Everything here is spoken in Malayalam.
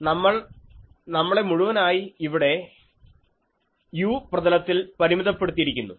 നമ്മൾ നമ്മളെ മുഴുവനായി ഇവിടെ u പ്രതലത്തിൽ പരിമിതപ്പെടുത്തിയിരിക്കുന്നു